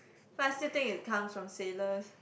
but I still think it comes from sailors